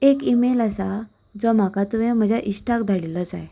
एक ईमेल आसा जो म्हाका तुवें म्हज्या इश्टाक धाडिल्लो जाय